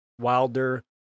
Wilder